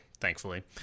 thankfully